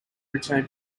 return